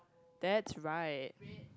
that's right